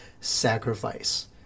sacrifice